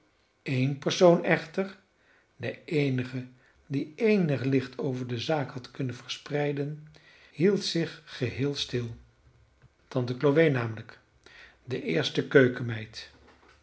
één persoon echter de eenige die eenig licht over de zaak had kunnen verspreiden hield zich geheel stil tante chloe namelijk de eerste keukenmeid